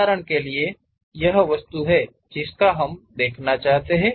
उदाहरण के लिए यह वह वस्तु है जिसका हम देखना चाहते हैं